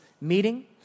meeting